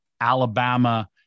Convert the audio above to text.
Alabama